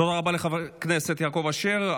תודה רבה לחבר הכנסת יעקב אשר.